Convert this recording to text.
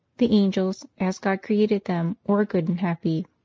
the angels, as god created them, were good and happy.